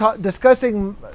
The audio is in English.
discussing